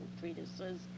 treatises